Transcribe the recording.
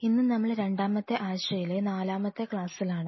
ഇന്ന് നമ്മൾ രണ്ടാമത്തെ ആഴ്ചയിലെ നാലാമത്തെ ക്ലാസ്സിലാണ്